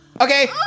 Okay